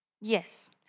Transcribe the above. Yes